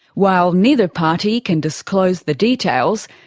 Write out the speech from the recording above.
while neither party can disclose the details,